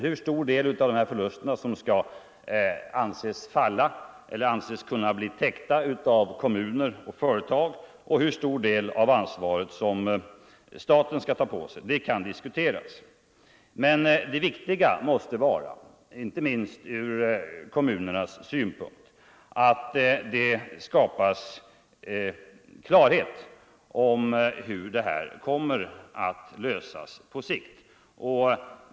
Hur stor del av förlusterna som av kommuner och företag bör stå för och hur stor del av ansvaret staten skall ta på sig kan diskuteras. Men det viktiga måste vara — inte minst ur kommunernas synpunkt — att det skapas klarhet om hur frågan kommer att lösas på sikt.